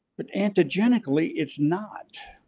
but antigenically it's not.